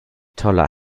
toller